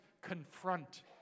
confront